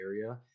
area